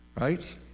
right